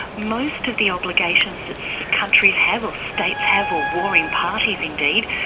most of the obligations that countries have, or states have, or warring parties indeed,